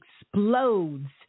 explodes